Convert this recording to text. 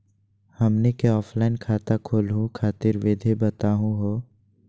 हमनी क ऑफलाइन खाता खोलहु खातिर विधि बताहु हो?